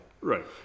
Right